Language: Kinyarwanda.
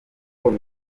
koko